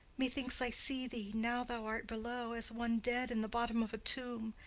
methinks i see thee, now thou art below, as one dead in the bottom of a tomb.